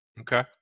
Okay